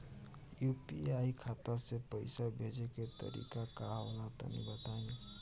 UPI खाता से पइसा भेजे के तरीका का होला तनि बताईं?